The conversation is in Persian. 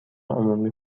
عمومی